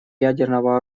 ядерного